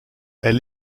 elle